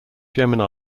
gemini